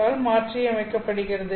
all மாற்றியமைக்கப்படுகிறது